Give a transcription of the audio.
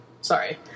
Sorry